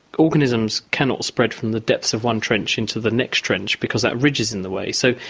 organisms cannot spread from the depths of one trench into the next trench because that ridge is in the way. so,